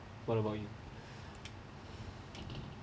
what about you